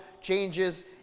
changes